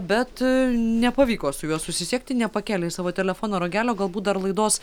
bet nepavyko su juo susisiekti nepakėlė jis savo telefono ragelio galbūt dar laidos